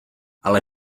ale